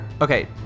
Okay